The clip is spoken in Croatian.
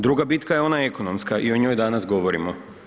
Druga bitka je ona ekonomska i o njoj danas govorimo.